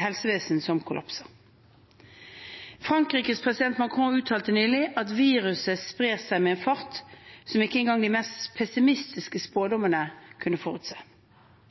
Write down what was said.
helsevesen som kollapser. Frankrikes president Macron uttalte nylig at viruset sprer seg med en fart som ikke engang de mest pessimistiske